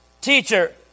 teacher